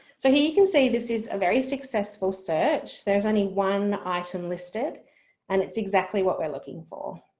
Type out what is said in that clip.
so here you can see this is a very successful search there's only one item listed and it's exactly what we're looking for